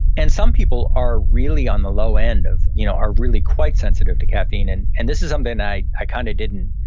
and some people are really on the low end of, you know are really quite sensitive to caffeine. and and this is something that i kinda didn't,